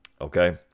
okay